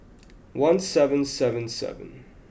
one seven seven seven